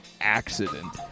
accident